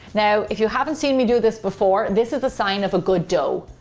now if you haven't seen me do this before, this is a sign of a good dough.